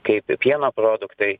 kaip pieno produktai